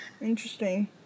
Interesting